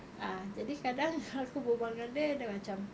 ah jadi kadang aku berbual dengan dia dah macam